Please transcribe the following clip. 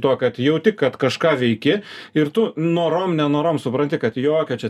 tuo kad jauti kad kažką veiki ir tu norom nenorom supranti kad jokio čia